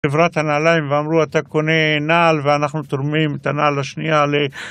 חברת הנעליים ואמרו אתה קונה נעל ואנחנו תורמים את הנעל השנייה ל...